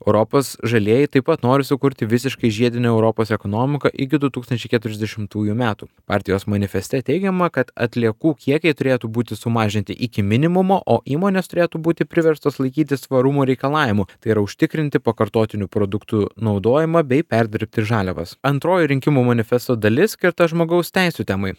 europos žalieji taip pat nori sukurti visiškai žiedinę europos ekonomiką iki du tūkstančiai keturiasdešimtųjų metų partijos manifeste teigiama kad atliekų kiekiai turėtų būti sumažinti iki minimumo o įmonės turėtų būti priverstos laikytis tvarumo reikalavimų tai yra užtikrinti pakartotinių produktų naudojimą bei perdirbti žaliavas antroji rinkimų manifesto dalis skirta žmogaus teisių temai